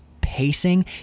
pacing